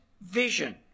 vision